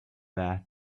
there